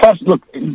look